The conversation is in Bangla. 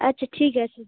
আচ্ছা ঠিক আছে